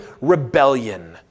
rebellion